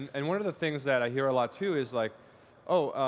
and one of the things that i hear a lot, too, is, like oh,